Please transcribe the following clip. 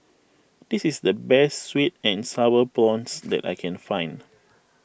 this is the best Sweet and Sour Prawns that I can find